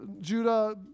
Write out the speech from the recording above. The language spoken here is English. Judah